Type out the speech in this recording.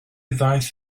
ddaeth